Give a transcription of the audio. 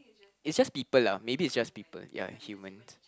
is just people lah maybe is just people ya ya humans